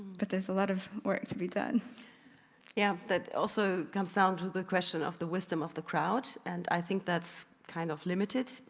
but there's a lot of work to be done. nina yeah, that also comes down to the question of the wisdom of the crowd and i think that's kind of limited.